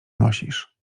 nosisz